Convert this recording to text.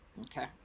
okay